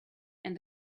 and